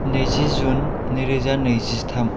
नैजि जुन नैरोजा नैजिथाम